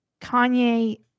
Kanye